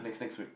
next next week